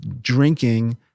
drinking